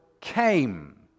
came